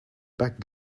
back